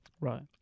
right